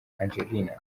angelina